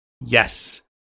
Yes